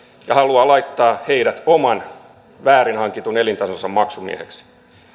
ja haluaa laittaa heidät oman väärin hankitun elintasonsa maksumiehiksi